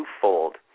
twofold